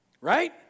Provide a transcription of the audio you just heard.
right